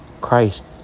Christ